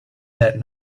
that